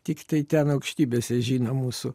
tiktai ten aukštybėse žino mūsų